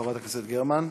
חברת הכנסת גרמן.